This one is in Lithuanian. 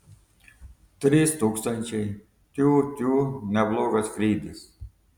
trys tūkstančiai tiū tiū neblogas skrydis